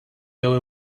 jew